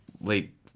late